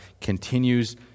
continues